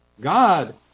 God